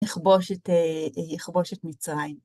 ‫לכבוש את אה... לכבוש את מצרים.